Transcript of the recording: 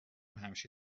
همیشه